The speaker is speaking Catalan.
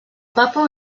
papa